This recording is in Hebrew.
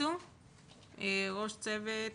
ראש צוות